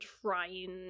trying